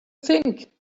think